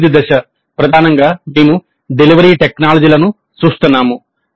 అభివృద్ధి దశ ప్రధానంగా మేము డెలివరీ టెక్నాలజీలను చూస్తున్నాము